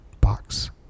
box